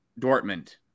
Dortmund